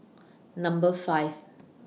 Number five